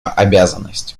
обязанность